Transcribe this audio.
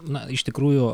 na iš tikrųjų